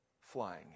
flying